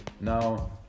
Now